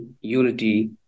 unity